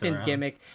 gimmick